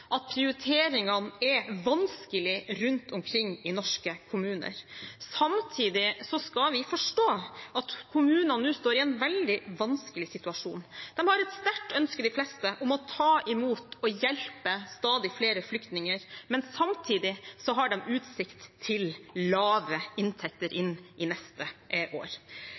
at prioriteringene er vanskelige rundt omkring i norske kommuner. Samtidig skal vi forstå at kommunene nå står i en veldig vanskelig situasjon. De har et sterkt ønske, de fleste, om å ta imot og hjelpe stadig flere flyktninger, men samtidig har de utsikt til lave inntekter inn i neste år.